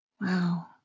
Wow